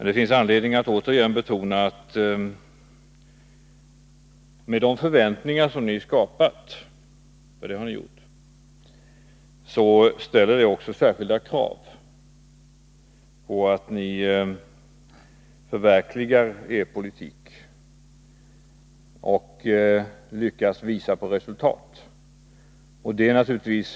Det finns anledning att återigen betona, att med de förväntningar som ni har skapat — för det har ni gjort — ställer det också särskilda krav på att ni förverkligar er politik och lyckas visa på resultat.